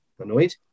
annoyed